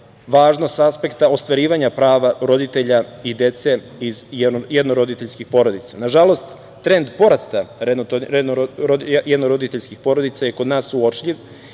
važno sa aspekta ostvarivanja prava roditelja i dece iz jednoroditeljskih porodica. Nažalost, trend porasta jednoroditeljskih porodica je kod nas uočljiv